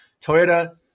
Toyota